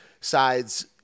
sides